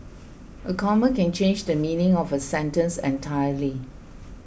a comma can change the meaning of a sentence entirely